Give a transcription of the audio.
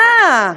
אה,